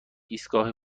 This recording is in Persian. ایستگاه